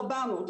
400,